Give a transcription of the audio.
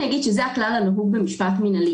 אגיד שזה הכלל הנהוג במשפט מינהלי,